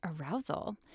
arousal